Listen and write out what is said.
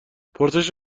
پرسش